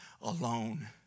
alone